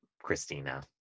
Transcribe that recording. Christina